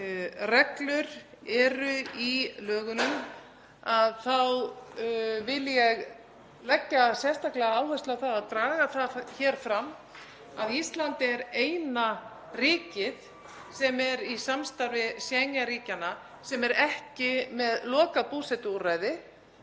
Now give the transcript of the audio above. reglur eru í lögunum, og vil leggja sérstaklega áherslu á að draga það hér fram að Ísland er eina ríkið sem er í samstarfi Schengen-ríkjanna sem er ekki með lokað búsetuúrræði.